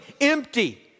empty